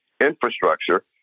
infrastructure